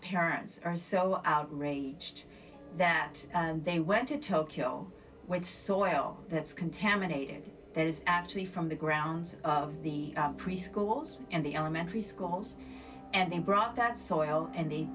parents are so outraged that they went to tokyo with soil that's contaminated there is actually from the grounds of the preschools and the arm entry schools and they brought that soil and the